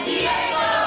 Diego